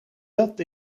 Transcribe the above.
dat